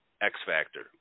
X-factor